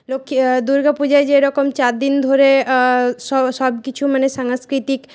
লক্ষ্মী দুর্গা পূজায় যেরকম চার দিন ধরে সবকিছু মানে সাংস্কৃতিক